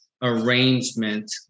arrangement